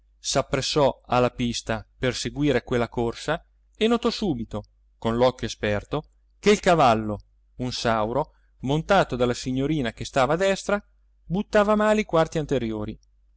viale s'appressò alla pista per seguir quella corsa e notò subito con l'occhio esperto che il cavallo un sauro montato dalla signorina che stava a destra buttava male i quarti anteriori